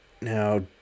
Now